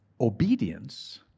obedience